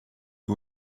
you